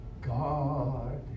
God